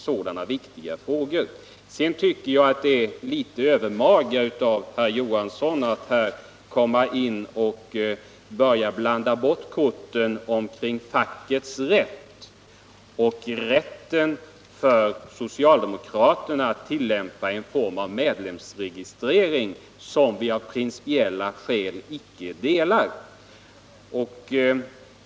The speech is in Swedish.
Sedan tycker jag att det är litet övermaga av herr Johansson att börja blanda bort korten med att tala om fackets rätt och rätten för socialdemokraterna att tillämpa en form av medlemsregistrering som vi av principiella skäl inte accepterar.